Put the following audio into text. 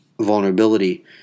vulnerability